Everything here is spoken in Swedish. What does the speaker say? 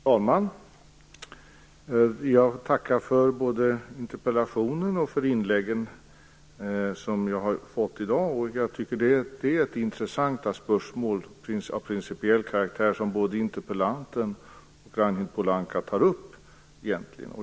Fru talman! Jag tackar både för interpellationen och för inläggen. Det är intressanta spörsmål av principiell karaktär som interpellanten och Ragnhild Pohanka tar upp.